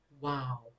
Wow